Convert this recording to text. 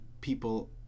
people